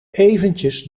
eventjes